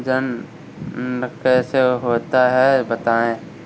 जनन कैसे होता है बताएँ?